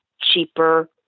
cheaper